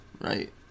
right